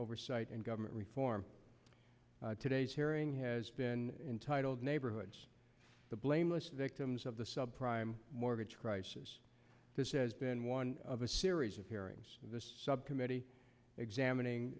oversight and government reform today's hearing has been entitled neighborhoods the blameless victims of the sub prime mortgage crisis this has been one of a series of hearings this subcommittee examining